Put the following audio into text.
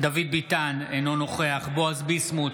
דוד ביטן, אינו נוכח בועז ביסמוט,